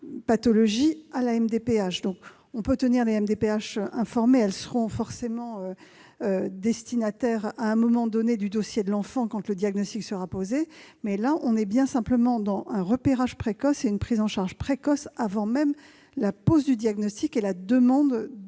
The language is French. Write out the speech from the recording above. pathologie à la MDPH. On peut tenir les MDPH informées, elles seront forcément destinataires, à un moment donné, du dossier de l'enfant quand le diagnostic sera posé. Nous parlons là d'un repérage et d'une prise en charge précoces avant même la pose du diagnostic et la demande de